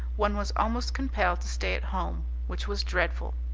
one was almost compelled to stay at home which was dreadful.